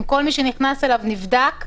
אם כל מי שנכנס אליו נבדק,